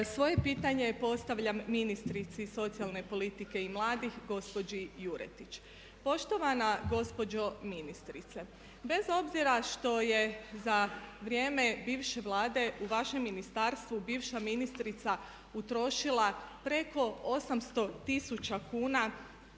Svoje pitanje postavljam ministrici socijalne politike i mladih gospođi Juretić. Poštovana gospođo ministrice. Bez obzira što je za vrijeme bivše Vlade u vašem ministarstvu bivša ministrica utrošila preko 800 tisuća kuna